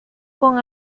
con